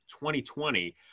2020